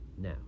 now